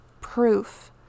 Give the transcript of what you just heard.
proof